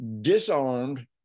disarmed